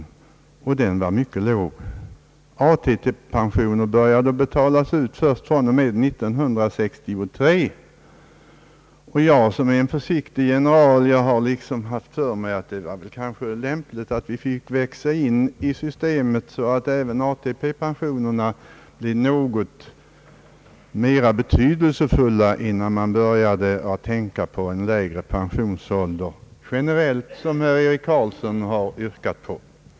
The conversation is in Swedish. ATP tillkom nämnda år men började betalas ut först fr.o.m. 1963. Jag, som är en försiktig general, har liksom haft för mig att det kanske vore lämpligt att vi finge växa in i systemet så att även ATP-pensionerna blev något mera betydelsefulla, innan man började tänka på en lägre pensionsålder generellt, vilket herr Eric Carlsson här har yrkat på.